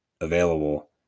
available